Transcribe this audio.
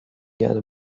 gerne